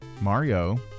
Mario